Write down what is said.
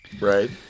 Right